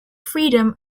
freedom